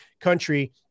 country